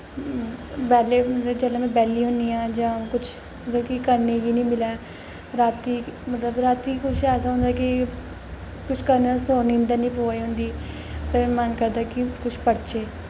जिसलै में बैह्ल्ली होन्नी आं जां कुछ मतलब कि करने गी नेईं मिलै रातीं मतलब रातीं कुछ ऐसा होंदा कि कुछ करने दी नींदर नेईं पवा दी होंदी उसले मन करदा कि कुछ पढ़चै